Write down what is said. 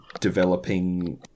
developing